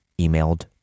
emailed